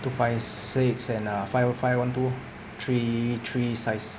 two five six and uh five O five one two three three size